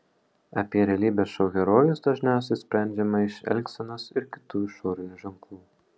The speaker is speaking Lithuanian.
apie realybės šou herojus dažniausiai sprendžiama iš elgsenos ir kitų išorinių ženklų